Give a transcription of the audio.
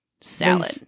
salad